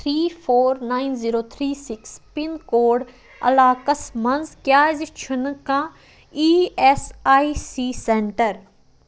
three four nine zero three six pin code علاقس مَنٛز کیٛازِ چھُنہٕ کانٛہہ E S I C centre